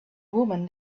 woman